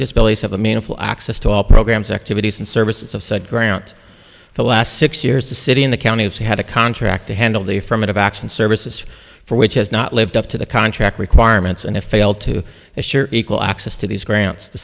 have a meaningful access to all programs activities and services of said grant the last six years the city in the county of so had a contract to handle the affirmative action services for which has not lived up to the contract requirements and it failed to assure equal access to these grants the